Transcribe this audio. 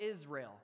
Israel